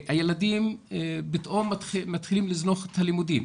הילדים פתאום מתחילים לזנוח את הלימודים,